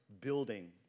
building